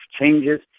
changes